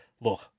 look